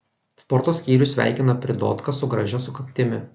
sporto skyrius sveikina pridotką su gražia sukaktimi